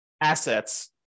assets